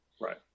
right